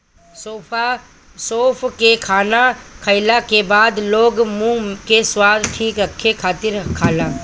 सौंफ के खाना खाईला के बाद लोग मुंह के स्वाद ठीक रखे खातिर खाला